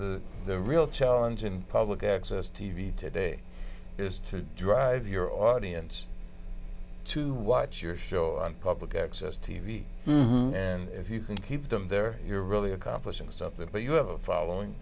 so the real challenge in public access t v today is to drive your audience to watch your show on public access t v and if you can keep them there you're really accomplishing something but you have a following